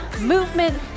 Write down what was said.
movement